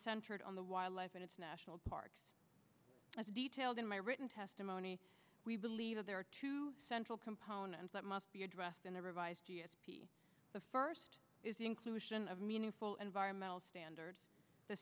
centered on the wildlife and its national parks as detailed in my written testimony we believe that there are two central components that must be addressed in the revised t s p the first is the inclusion of meaningful environmental standards the